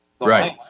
Right